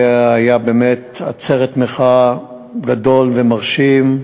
הייתה באמת עצרת מחאה גדולה ומרשימה.